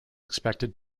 expected